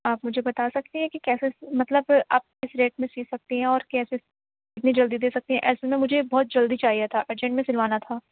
آپ مجھے بتا سکتی ہیں کہ کیسے مطلب آپ کس ریٹ میں سی سکتی ہیں اور کیسے کتنی جلدی دے سکتی ہیں ایسے نہ مجھے بہت جلدی چاہیے تھا ارجنٹ میں سِلوانا تھا